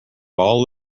all